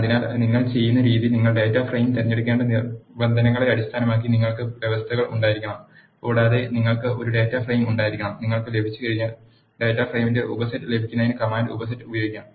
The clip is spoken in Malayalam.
അതിനാൽ നിങ്ങൾ ചെയ്യുന്ന രീതി നിങ്ങൾ ഡാറ്റാ ഫ്രെയിം തിരഞ്ഞെടുക്കേണ്ട നിബന്ധനകളെ അടിസ്ഥാനമാക്കി നിങ്ങൾക്ക് വ്യവസ്ഥകൾ ഉണ്ടായിരിക്കണം കൂടാതെ നിങ്ങൾക്ക് ഒരു ഡാറ്റ ഫ്രെയിമും ഉണ്ടായിരിക്കണം നിങ്ങൾക്ക് ലഭിച്ചുകഴിഞ്ഞാൽ ഡാറ്റാ ഫ്രെയിമിന്റെ ഉപസെറ്റ് ലഭിക്കുന്നതിന് കമാൻഡ് ഉപസെറ്റ് ഉപയോഗിക്കാം